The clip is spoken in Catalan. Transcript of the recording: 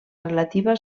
relativa